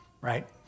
Right